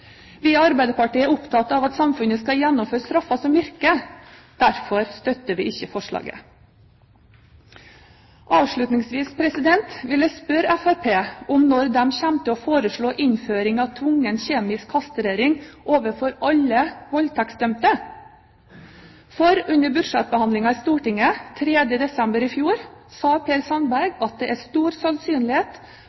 Vi i Arbeiderpartiet er opptatt av at samfunnet skal gjennomføre straffer som virker. Derfor støtter vi ikke forslaget. Avslutningsvis vil jeg spørre Fremskrittspartiet om når de kommer til å foreslå innføring av tvungen kjemisk kastrering av alle voldtektsdømte. For under budsjettbehandlingen i Stortinget 3. desember i fjor sa Per Sandberg